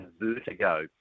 Vertigo